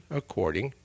according